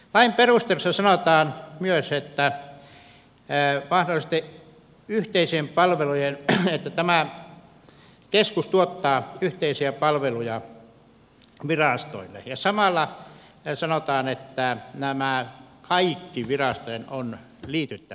lain perusteluissa sanotaan myös että tämä keskus tuottaa yhteisiä palveluja virastoille ja samalla sanotaan että näiden kaikkien virastojen on liityttävä tähän